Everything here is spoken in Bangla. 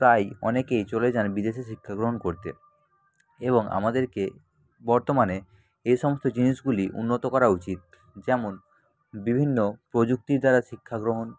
প্রায় অনেকেই চলে যান বিদেশে শিক্ষা গ্রহণ করতে এবং আমাদেরকে বর্তমানে এ সমস্ত জিনিসগুলি উন্নত করা উচিত যেমন বিভিন্ন প্রযুক্তি দ্বারা শিক্ষা গ্রহণ